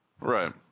right